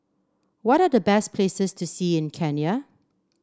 what are the best places to see in Kenya